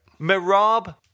Mirab